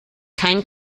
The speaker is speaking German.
kein